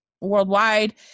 worldwide